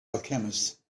alchemist